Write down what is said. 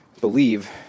believe